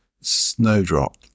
Snowdrop